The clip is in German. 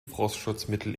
frostschutzmittel